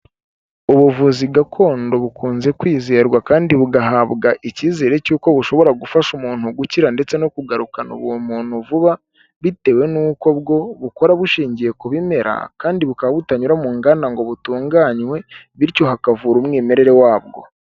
Ubuvuzi gakondo bukunze kwizerwa kandi bugahabwa icyizere cy'uko bushobora gufasha umuntu gukira ndetse no kugarukana ubumuntu vuba, bitewe n'uko bwo bukora bushingiye ku bimera kandi bukaba butanyura mu nganda ngo butunganywe bityo hakavura umwimerere wabwo.